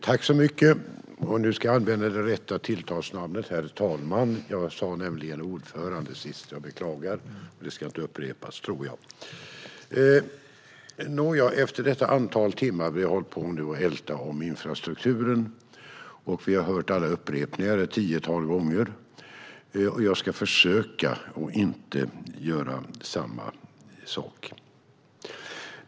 Herr talman! Nu har vi ältat infrastrukturen i ett antal timmar, och vi har hört alla upprepningar ett tiotal gånger. Jag ska försöka att inte göra samma sak.